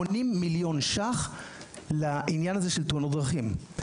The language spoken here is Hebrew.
80,000,000 ש"ח לעניין של תאונות דרכים.